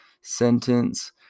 sentence